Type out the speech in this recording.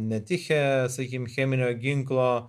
netiche sakykime cheminio ginklo